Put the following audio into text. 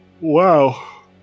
Wow